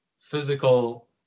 physical